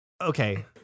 okay